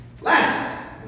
Last